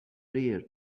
year